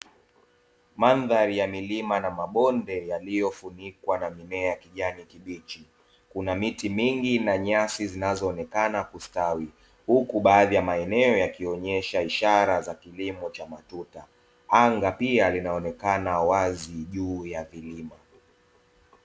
Mandhari ya milima na mabonde yaliyofunikwa na mimea ya kijani kibichi. Kuna miti mingi na nyasi zinazoonekana kustawi, huku baadhi ya maeneo yakionyesha ishara za kilimo cha matuta. Anga pia linaonekana wazi juu ya vilima.